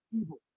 evil